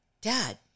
Dad